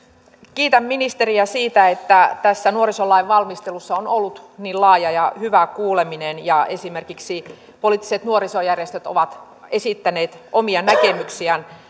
kiitän ministeriä siitä että tässä nuorisolain valmistelussa on ollut niin laaja ja hyvä kuuleminen ja esimerkiksi poliittiset nuorisojärjestöt ovat esittäneet omia näkemyksiään